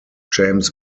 james